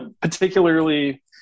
particularly